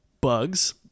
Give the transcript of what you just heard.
Bugs